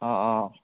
অঁ অঁ